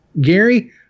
Gary